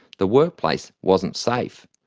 the workplace wasn't safe.